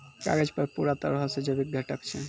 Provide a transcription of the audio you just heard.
कागज पूरा तरहो से जैविक घटक छै